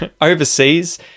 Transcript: overseas